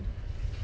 with